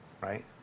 right